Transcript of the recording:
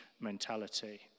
mentality